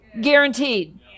Guaranteed